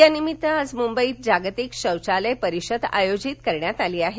यानिमित्त आज मुंबईत जागतिक शौचालय परिषद आयोजित करण्यात आली आहे